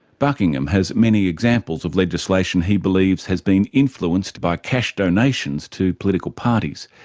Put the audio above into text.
buckingham has many examples of legislation he believes has been influenced by cash donations to political parties,